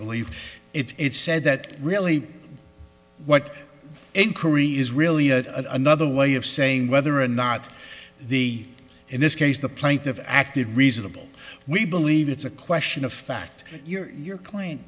believe it's said that really what inquiry is really a another way of saying whether or not the in this case the plaintiff acted reasonable we believe it's a question of fact that your client